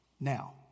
Now